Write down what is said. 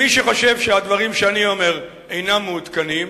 מי שחושב שהדברים שאני אומר אינם מעודכנים,